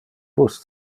bus